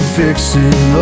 fixing